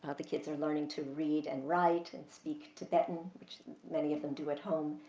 the kids are learning to read and write and speak tibetan, which many of them do at home,